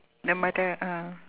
the mother ah